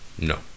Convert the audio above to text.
No